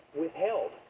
withheld